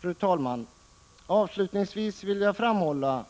Fru talman! Avslutningsvis vill jag framhålla